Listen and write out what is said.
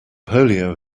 polio